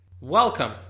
Welcome